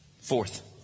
Fourth